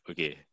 Okay